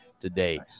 today